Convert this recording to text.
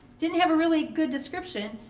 didn't have a really good description,